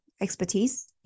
expertise